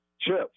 CHIPS